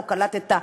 לא קלטת,